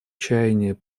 чаяния